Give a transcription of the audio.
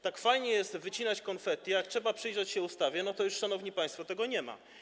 Tak fajnie jest wycinać konfetti, a jak trzeba przyjrzeć się ustawie, to już, szanowni państwo, tego nie ma.